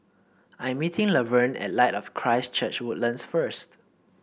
I'm meeting Laverne at Light of Christ Church Woodlands first